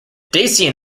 dacian